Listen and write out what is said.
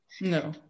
No